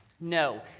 No